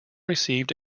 received